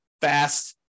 fast